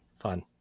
fun